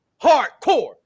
hardcore